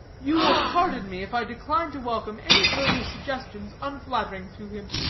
you will pardon me if i decline to welcome any further suggestions unflattering to him.